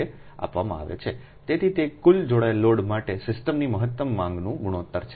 તેથી તે કુલ જોડાયેલ લોડ માટે સિસ્ટમની મહત્તમ માંગનું ગુણોત્તર છે